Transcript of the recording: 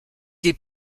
des